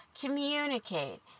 communicate